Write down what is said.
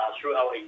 throughout